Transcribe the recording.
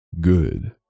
Good